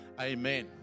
Amen